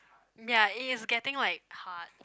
ya it is getting like hard